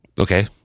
Okay